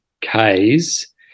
k's